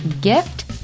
gift